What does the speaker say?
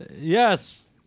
Yes